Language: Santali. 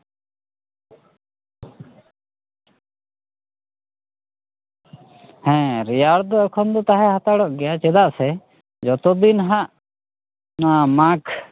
ᱦᱮᱸ ᱨᱮᱭᱟᱲ ᱫᱚ ᱮᱠᱷᱚᱱ ᱫᱚ ᱛᱟᱦᱮᱸ ᱦᱟᱛᱟᱲᱚᱜ ᱜᱮᱭᱟ ᱪᱮᱫᱟᱜ ᱥᱮ ᱡᱚᱛᱚ ᱫᱤᱱ ᱦᱟᱸᱜ ᱱᱚᱣᱟ ᱢᱟᱜᱽ